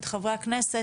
חברי הכנסת,